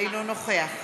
אינו נוכח